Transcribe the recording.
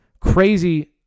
crazy